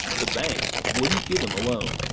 the bank wouldn't give him a loan.